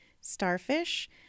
Starfish